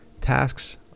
tasks